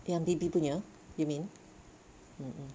yang baby punya you mean mm mm